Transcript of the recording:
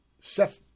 Seth